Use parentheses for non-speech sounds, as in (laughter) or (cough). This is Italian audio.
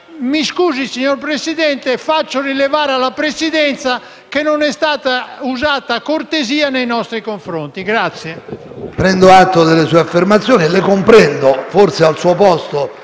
(applause) Signor Presidente, faccio rilevare alla Presidenza che non è stata usata cortesia nei nostri confronti.